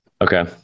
Okay